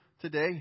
today